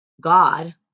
God